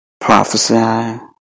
prophesy